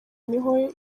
niho